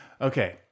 Okay